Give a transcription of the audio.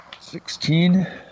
Sixteen